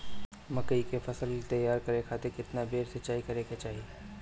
मकई के फसल तैयार करे खातीर केतना बेर सिचाई करे के चाही?